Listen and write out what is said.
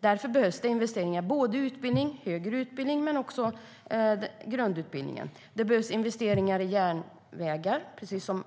Därför behövs det investeringar i utbildning, i högre utbildning och i grundutbildning. Det behövs investeringar i järnvägar. Precis som